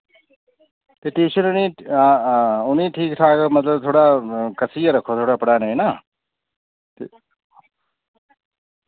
ते टयूशन उ'ने हां हां उ'नें ठीक ठाक मतलब थोह्ड़ा कस्सियै रक्खो थोह्ड़ा पढ़ाने ना ते